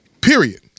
period